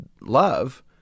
love